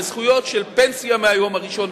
בזכויות של פנסיה מהיום הראשון,